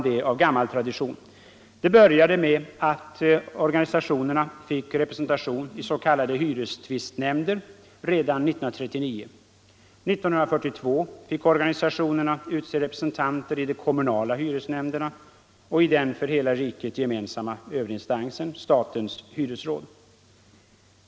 Det började med att de fick representation i s.k. hyrestvistnämnder redan år 1939. År 1942 fick organisationerna utse representanter i de kommunala hyresnämnderna och i den för hela landet gemensamma överinstansen — statens hyresråd.